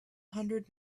hundred